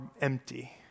empty